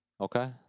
Okay